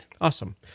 Awesome